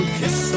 kiss